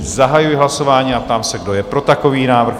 Zahajuji hlasování a ptám se, kdo je pro takový návrh?